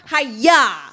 Hiya